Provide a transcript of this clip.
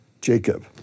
Jacob